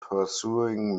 pursuing